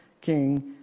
king